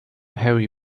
harry